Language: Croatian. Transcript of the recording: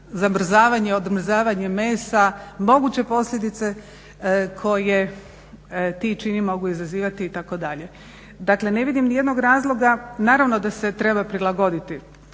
zamrzavanje, odmrzavanje mesa, moguće posljedice koje ti čini mogu izazivati itd. Dakle ne vidim ni jednog razloga, naravno da se treba prilagodi i